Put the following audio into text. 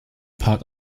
part